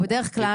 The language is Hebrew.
בדרך-כלל,